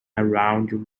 around